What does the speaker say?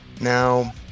Now